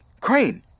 Crane